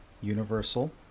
Universal